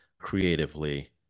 creatively